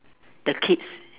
the kids